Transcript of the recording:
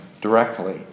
directly